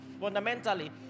Fundamentally